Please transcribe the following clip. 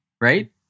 right